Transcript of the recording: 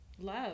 love